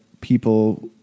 people